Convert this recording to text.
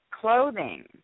clothing